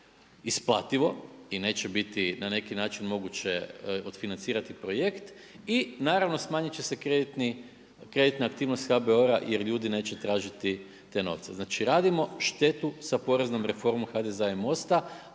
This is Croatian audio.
isplativo i neće biti na neki način moguće odfinancirati projekt i naravno, smanjit će kreditna aktivnost HBOR-a jer ljudi neće tražiti te novce. Znači radimo štetu sa poreznom reformom HDZ-a